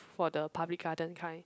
for the public garden kind